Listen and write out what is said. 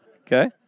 Okay